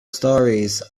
stories